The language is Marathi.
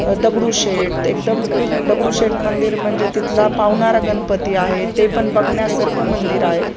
दगडूशेठ एकदम दगडूशेठ मंदिर म्हणजे तिथला पावणारा गणपती आहे ते पण बघण्यासारखं मंदिर आहे